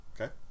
Okay